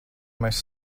mēs